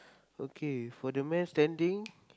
okay for the man standing